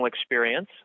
experience